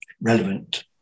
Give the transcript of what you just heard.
relevant